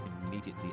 immediately